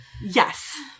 Yes